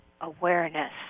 awareness